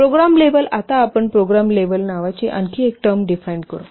program level आता आपण programme level नावाची आणखी एक टर्म डिफाइन करू